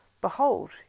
Behold